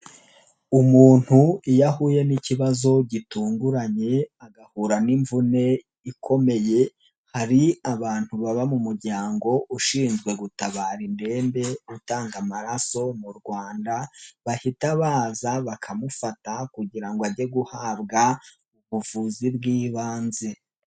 Umuntu iyo ahuye n'ikibazo gitunguranye agahura n'imvune ikomeye hari abantu baba mu muryango ushinzwe gutabara indembe utanga amaraso mu Rwanda, bahita baza bakamufata kugira ngo ajye guhabwa ubuvuzi bw'ibanze.